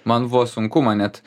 man buvo sunku man net